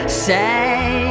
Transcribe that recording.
say